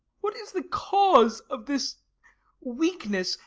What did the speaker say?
what is the cause of this weakness?